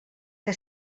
que